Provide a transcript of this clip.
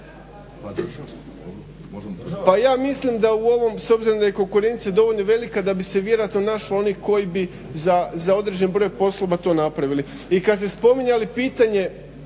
Pa ja mislim da u ovom s obzirom da je konkurencija dovoljno velika da bi se vjerojatno našlo onih koji bi za određen broj poslova to napravili. I kad ste spominjali pitanje